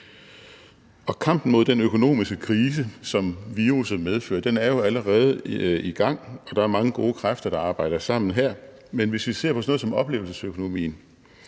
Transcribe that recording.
Kampen mod den økonomiske krise, som virusset medfører, er jo allerede i gang; der er mange gode kræfter, der arbejder sammen her. Men hvis vi ser på sådan noget som oplevelsesøkonomien,